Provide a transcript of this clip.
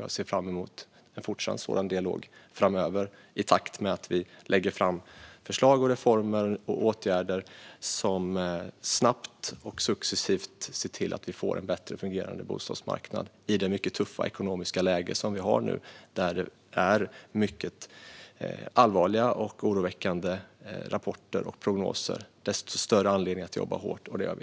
Jag ser fram emot en fortsatt sådan dialog framöver, i takt med att vi lägger fram förslag till reformer och åtgärder som snabbt och successivt ser till att vi får en bättre fungerande bostadsmarknad i det mycket tuffa ekonomiska läge vi har nu, där det kommer mycket allvarliga och oroväckande rapporter och prognoser. Desto större anledning att jobba hårt, och det gör